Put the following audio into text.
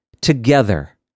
together